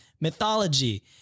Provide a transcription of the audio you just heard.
mythology